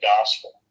gospel